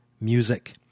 music